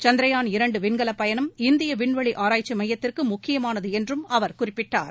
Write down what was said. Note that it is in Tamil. சந்திரயான் இரண்டு விண்கலப் பயணம் இந்திய விண்வெளி ஆராய்ச்சி ஸமயத்திற்கு முக்கியமானது என்றும் அவர் குறிப்பிட்டார்